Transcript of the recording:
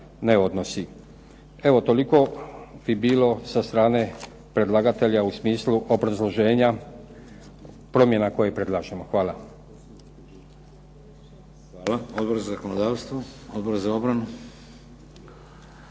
ne odnosi. Evo toliko bi bilo sa strane predlagatelja u smislu obrazloženja promjena koje predlažemo. Hvala. **Šeks, Vladimir (HDZ)** Hvala. Odbor za zakonodavstvo? Odbor za obranu?